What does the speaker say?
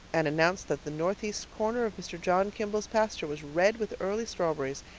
and announced that the northeast corner of mr. john kimball's pasture was red with early strawberries,